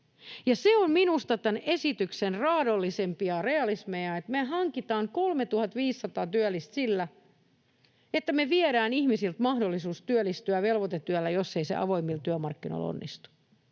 Se on minusta tämän esityksen raadollisimpia realismeja, että me hankitaan 3 500 työllistä sillä, että me viedään ihmisiltä mahdollisuus työllistyä velvoitetyöllä, jos ei se avoimilla työmarkkinoilla onnistu.